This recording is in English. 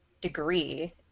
degree